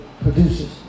produces